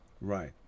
right